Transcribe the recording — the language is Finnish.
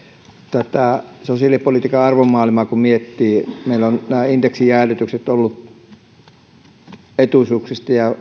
tätä sosiaalipolitiikan arvomaailmaa kun miettii niin meillä on ollut nämä indeksijäädytykset etuisuuksista ja